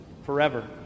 forever